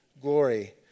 glory